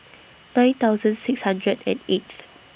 nine thousand six hundred and eighth